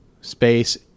space